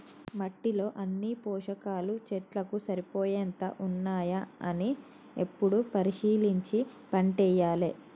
మట్టిలో అన్ని పోషకాలు చెట్లకు సరిపోయేంత ఉన్నాయా అని ఎప్పుడు పరిశీలించి పంటేయాలే